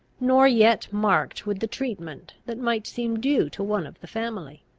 nor yet marked with the treatment that might seem due to one of the family.